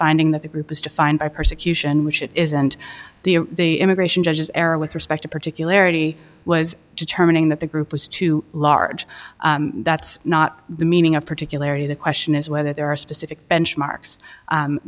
finding that the group is defined by persecution which it isn't the immigration judges error with respect to particulary was determining that the group was too large that's not the meaning of particulary the question is whether there are specific benchmarks